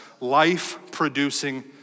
life-producing